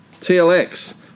TLX